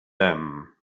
them